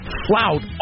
flout